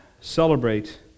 celebrate